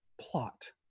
plot